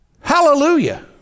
Hallelujah